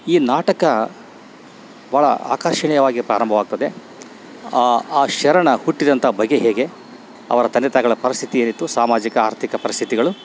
ಈ ನಾಟಕ ಭಾಳ ಆಕರ್ಷಣೀಯವಾಗಿ ಪ್ರಾರಂಭವಾಗ್ತದೆ ಆ ಶರಣ ಹುಟ್ಟಿದಂಥ ಬಗೆ ಹೇಗೆ ಅವರ ತಂದೆ ತಾಯಿಗಳ ಪರಿಸ್ಥಿತಿ ಏನಿತ್ತು ಸಾಮಾಜಿಕ ಆರ್ಥಿಕ ಪರಿಸ್ಥಿತಿಗಳು